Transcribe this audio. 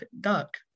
duck